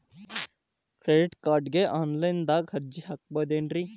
Credit ಕಾರ್ಡ್ಗೆ online ದಾಗ ಅರ್ಜಿ ಹಾಕ್ಬಹುದೇನ್ರಿ?